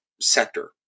sector